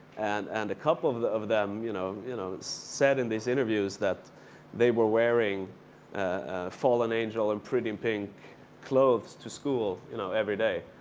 and and a couple of of them you know you know said in these interviews that they were wearing ah fallen angel and pretty and pink clothes to school you know every day.